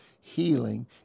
Healing